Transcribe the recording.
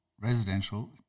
residential